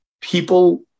people